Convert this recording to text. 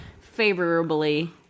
favorably